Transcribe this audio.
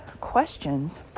questions